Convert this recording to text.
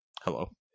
Hello